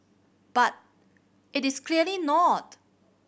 but it is clearly not